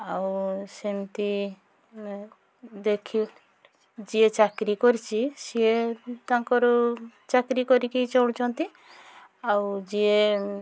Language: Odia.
ଆଉ ସେମତି ଦେଖି ଯିଏ ଚାକିରୀ କରୁଛି ସିଏ ତାଙ୍କର ଚାକିରୀ କରିକି ଚଳୁଚନ୍ତି ଆଉ ଯିଏ